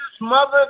mother